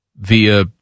via